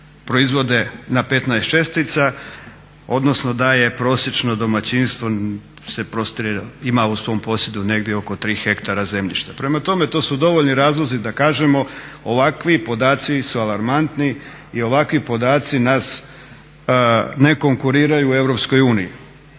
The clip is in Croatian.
proizvode na 15 čestica odnosno da je prosječno domaćinstvo ima u svom posjedu negdje oko 3 hektara zemljišta. Prema tome, to su dovoljni razlozi da kažemo ovakvi podaci su alarmantni i ovakvi podaci nas ne konkuriraju u EU.